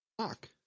Fuck